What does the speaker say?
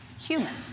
human